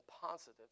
positive